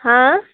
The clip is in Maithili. हँ